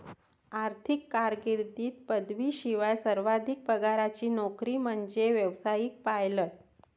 आर्थिक कारकीर्दीत पदवीशिवाय सर्वाधिक पगाराची नोकरी म्हणजे व्यावसायिक पायलट